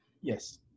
Yes